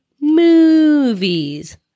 movies